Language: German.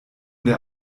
der